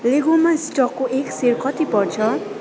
लेगोमा स्टकको एक सेयर कति पर्छ